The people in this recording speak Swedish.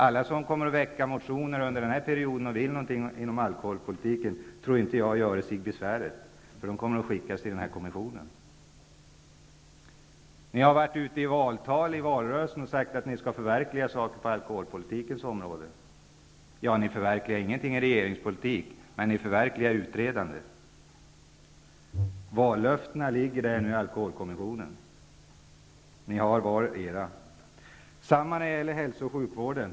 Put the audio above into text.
Alla som vill väcka motioner under den här perioden om alkoholpolitiken göre sig icke besvär. De kommer att hänvisas till kommissionen. Under valrörelsen sade ni i valtal att olika saker skulle förverkligas på alkoholpolitikens område. Ni förverkligar inte något i regeringspolitiken, men ni förverkligar utredandet. Vallöftena finns nu hos alkoholkommissionen. Detsamma gäller hälso och sjukvården.